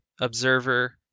observer